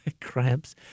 cramps